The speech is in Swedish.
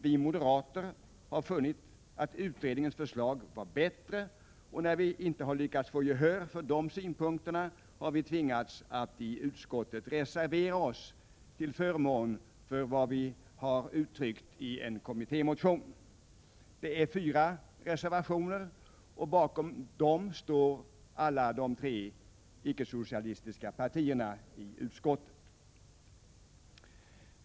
Vi moderater har funnit utredningens förslag bättre, och när vi inte lyckats få gehör för dessa synpunkter har vi tvingats att i utskottet reservera oss till förmån för vad vi har uttryckt i en kommittémotion. Det finns fyra reservationer, och bakom dem står alla de tre icke socialistiska partierna i utskottet.